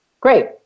Great